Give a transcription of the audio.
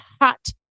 Hot